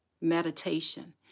meditation